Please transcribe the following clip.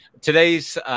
Today's